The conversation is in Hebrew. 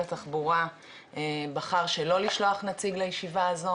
התחבורה בחר שלא לשלוח נציג לישיבה הזו,